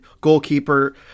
goalkeeper